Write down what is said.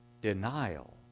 denial